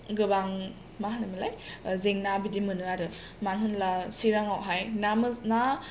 गोबां मा होनोमोनलाय जेंना बिदि मोनो आरो मानो होनोब्ला चिराङावहाय ना मोजां ना